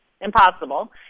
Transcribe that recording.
Impossible